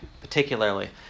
particularly